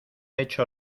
hecho